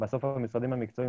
בסוף המשרדים המקצועיים,